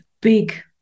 big